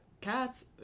cats